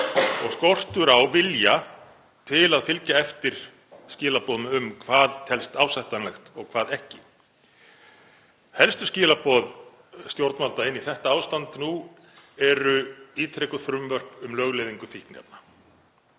og skortur er á vilja til að fylgja eftir skilaboðum um hvað telst ásættanlegt og hvað ekki. Helstu skilaboð stjórnvalda inn í þetta ástand nú eru ítrekuð frumvörp um lögleiðingu fíkniefna.